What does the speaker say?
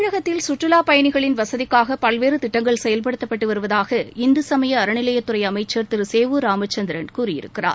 தமிழகத்தில் சுற்றுலாப் பயணிகளின் வசதிக்காக பல்வேறு திட்டங்கள் செயல்படுத்தப்பட்டு வருவதாக இந்து சமய அறநிலையத் துறை அமைச்சர் திரு சேவூர் ராமச்சந்திரன் கூறியிருக்கிறார்